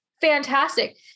fantastic